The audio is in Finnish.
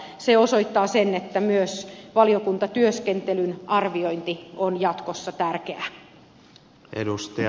se osoittaa sen että myös valiokuntatyöskentelyn arviointi on jatkossa tärkeää